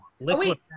Liquid